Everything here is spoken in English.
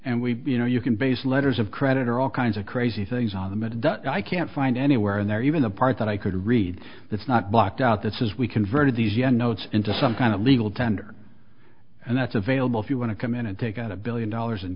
and we you know you can base letters of credit or all kinds of crazy things on the method that i can't find anywhere in there even the part that i could read that's not blocked out this is we converted these young notes into some kind of legal tender and that's available if you want to come in and take out a billion dollars